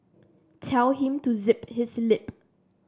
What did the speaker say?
tell him to zip his lip